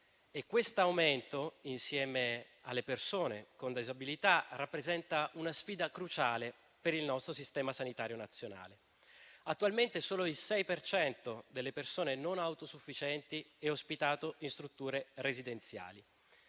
e questo aumento, insieme al numero delle persone con disabilità, rappresenta una sfida cruciale per il nostro sistema sanitario nazionale. Attualmente solo il 6 per cento delle persone non autosufficienti è ospitato in strutture residenziali;